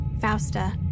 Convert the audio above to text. Fausta